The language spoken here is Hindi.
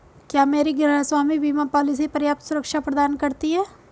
क्या मेरी गृहस्वामी बीमा पॉलिसी पर्याप्त सुरक्षा प्रदान करती है?